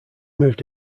moved